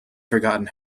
forgotten